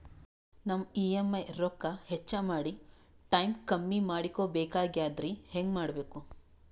ನಮ್ಮ ಇ.ಎಂ.ಐ ರೊಕ್ಕ ಹೆಚ್ಚ ಮಾಡಿ ಟೈಮ್ ಕಮ್ಮಿ ಮಾಡಿಕೊ ಬೆಕಾಗ್ಯದ್ರಿ ಹೆಂಗ ಮಾಡಬೇಕು?